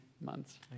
months